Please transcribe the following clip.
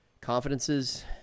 confidences